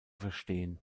verstehen